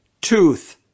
tooth